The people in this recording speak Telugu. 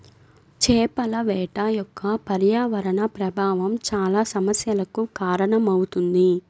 చేపల వేట యొక్క పర్యావరణ ప్రభావం చాలా సమస్యలకు కారణమవుతుంది